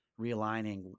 realigning